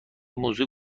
موضوع